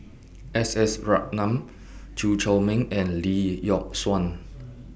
S S Ratnam Chew Chor Meng and Lee Yock Suan